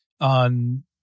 on